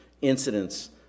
incidents